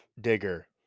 digger